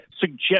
suggest